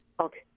Okay